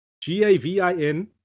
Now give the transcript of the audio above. G-A-V-I-N